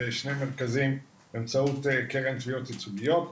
ושני מרכזים באמצעות קרן תביעות ייצוגיות.